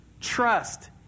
trust